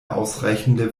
ausreichende